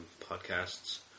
podcasts